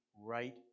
right